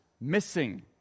missing